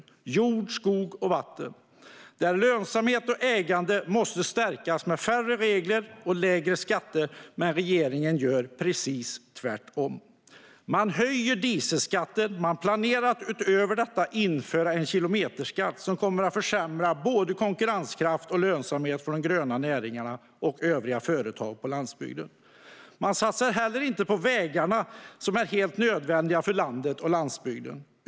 Det handlar om jord, skog och vatten. Lönsamhet och ägande måste stärkas med färre regler och lägre skatter, men regeringen gör precis tvärtom. Man höjer dieselskatten. Man planerar att utöver detta införa en kilometerskatt som kommer att försämra både konkurrenskraft och lönsamhet för de gröna näringarna och övriga företag på landsbygden. Man satsar heller inte på vägarna som är helt nödvändiga för landet och landsbygden.